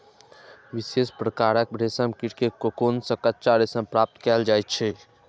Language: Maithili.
विशेष प्रकारक रेशम कीट के कोकुन सं कच्चा रेशम प्राप्त कैल जाइ छै